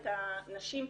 את הנשים.